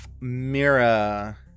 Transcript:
Mira